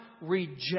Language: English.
reject